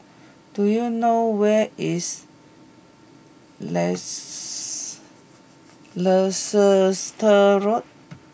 do you know where is Leicester Road